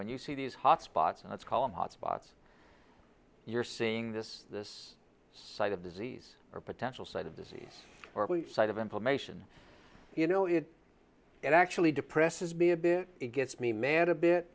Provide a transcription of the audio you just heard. when you see these hot spots and let's call them hot spots you're seeing this this side of disease or potential side of the seas or side of inflammation you know it it actually depresses me a bit it gets me mad a bit